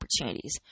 opportunities